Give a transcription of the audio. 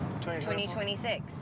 2026